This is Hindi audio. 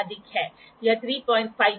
आपके यहाँ एक और रोलर है ठीक है